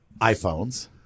iPhones